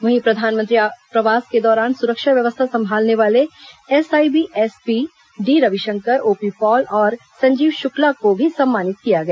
वहीं प्रधानमंत्री प्रवास के दौरान सुरक्षा व्यवस्था संभालने वाले SIB SP D Ravishankar OP Pal और संजीव शुक्ला को भी सम्मानित किया गया